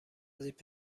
زیپ